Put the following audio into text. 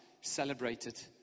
celebrated